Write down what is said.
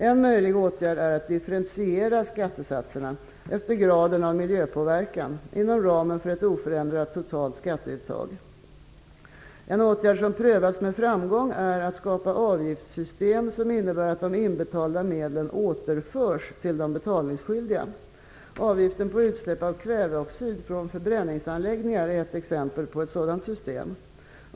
En möjlig åtgärd att differentiera skattesatserna efter graden av miljöpåverkan, inom ramen för ett oförändrat totalt skatteuttag. --En åtgärd som prövats med framgång är att skapa avgiftssystem som innebär att de inbetalda medlen återförs till de betalningsskyldiga. Avgiften på utsläpp av kväveoxid från förbränningsanläggningar är ett exempel på ett sådant system.